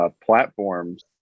platforms